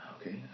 okay